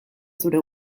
zure